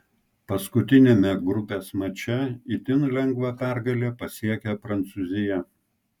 paskutiniame grupės mače itin lengvą pergalę pasiekė prancūzija